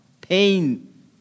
pain